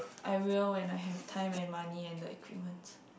I will when I have time and money and the equipment